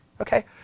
Okay